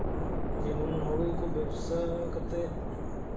ᱡᱮᱢᱚᱱ ᱦᱩᱲᱩ ᱠᱚ ᱵᱮᱵᱽᱥᱟ ᱠᱟᱛᱮᱫ